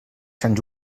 sant